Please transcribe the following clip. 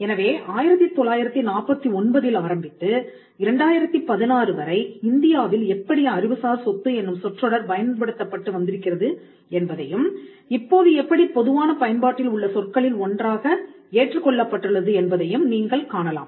எனவே 1949 இல் ஆரம்பித்து 2016 வரை இந்தியாவில் எப்படி அறிவுசார் சொத்து என்னும் சொற்றொடர் பயன்படுத்தப்பட்டு வந்திருக்கிறது என்பதையும் இப்போது எப்படிப் பொதுவான பயன்பாட்டில் உள்ள சொற்களில் ஒன்றாக ஏற்றுக் கொள்ளப்பட்டுள்ளது என்பதையும் நீங்கள் காணலாம்